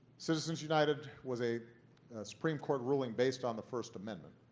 citizens united was a supreme court ruling based on the first amendment,